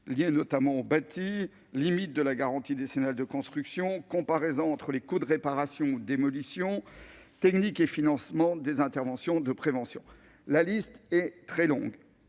liées au bâti, à la limite de la garantie décennale de construction, à la comparaison entre les coûts de réparation ou de démolition, au financement des interventions de prévention. La liste est très longue